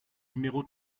numéro